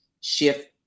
shift